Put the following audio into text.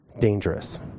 dangerous